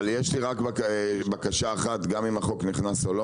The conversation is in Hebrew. אבל יש לי רק בקשה אחת גם אם החוק נכנס או לא,